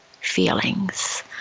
feelings